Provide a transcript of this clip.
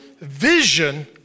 vision